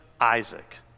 Isaac